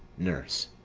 nurse.